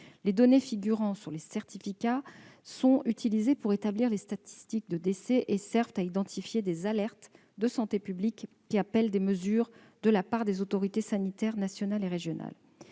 Les données figurant sur les certificats de décès sont utilisées pour établir les statistiques de décès et servent à identifier des alertes de santé publique de nature à appeler des mesures de la part des autorités sanitaires nationales ou régionales.